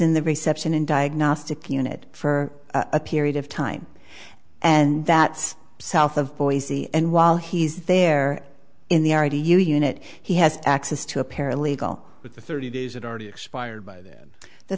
in the reception and diagnostic unit for a period of time and that's south of boise and while he's there in the area unit he has access to a paralegal